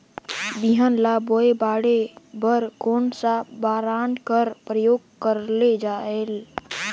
बिहान ल बोये बाढे बर कोन सा राखड कर प्रयोग करले जायेल?